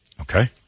Okay